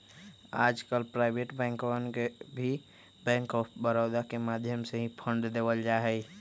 आजकल प्राइवेट बैंकवन के भी बैंक आफ बडौदा के माध्यम से ही फंड देवल जाहई